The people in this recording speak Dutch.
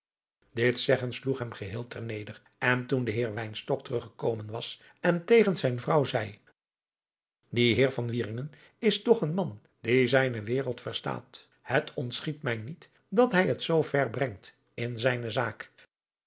dit zeggen sloeg hem geheel ter neder en toen de heer wynstok teruggekomen was en tegen zijn vrouw zeî die heer van wieringen is toch een man die zijne wereld verstaat het ontschiet mij niet dat hij het zoo ver brengt in zijne zaak